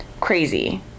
Crazy